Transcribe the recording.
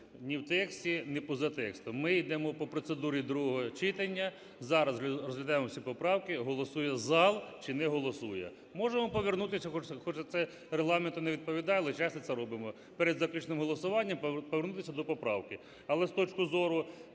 ні в тексті, ні поза текстом. Ми йдемо по процедурі другого читання: зараз розглядаємо всі поправки, голосує зал чи не голосує. Можемо повернутися, хоча це Регламенту не відповідає, але часто це робимо: перед заключним голосуванням повернутися до поправки. Але з точки зору